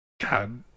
God